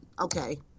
Okay